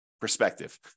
perspective